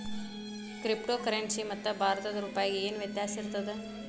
Crypto ಕರೆನ್ಸಿಗೆ ಮತ್ತ ಭಾರತದ್ ರೂಪಾಯಿಗೆ ಏನ್ ವ್ಯತ್ಯಾಸಿರ್ತದ?